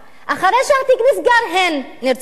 אחרי שהתיק נסגר הן נרצחו.